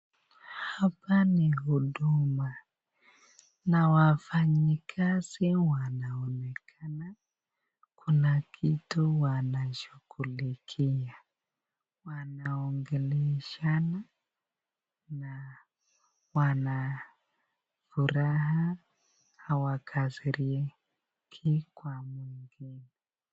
Hapa ni huduma na wafanyikazi wanaonekana kuna kitu wanashughulikia, wanaongeleshana na wana furaha hawakasiriki kwa mwingi.